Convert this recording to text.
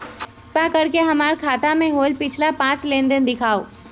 कृपा कर के हमर खाता से होयल पिछला पांच लेनदेन दिखाउ